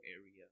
area